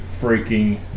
freaking